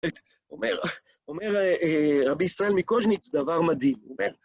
אומר רבי ישראל מקוז'ניץ דבר מדהים.